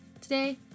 Today